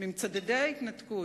ממצדדי ההתנתקות,